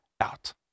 out